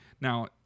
Now